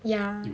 ya